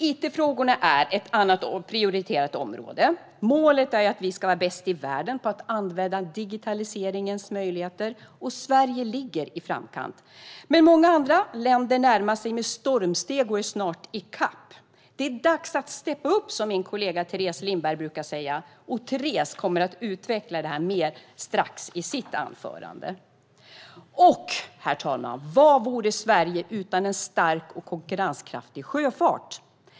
It-frågorna är ett annat prioriterat område. Målet är att vi ska vara bäst i världen på att använda digitaliseringens möjligheter, och Sverige ligger i framkant. Men många andra länder närmar sig med stormsteg och är snart i kapp. Det är dags att steppa upp, som min kollega Teres Lindberg brukar säga, och Teres kommer att utveckla detta mer i sitt anförande strax. Och, herr talman, vad vore Sverige utan en stark och konkurrenskraftig sjöfart?